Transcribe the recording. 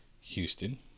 Houston